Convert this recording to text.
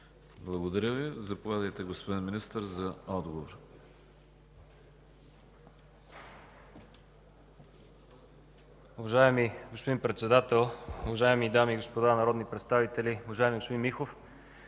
Благодаря Ви. Заповядайте, господин Министър, за отговор.